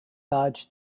taj